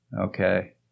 Okay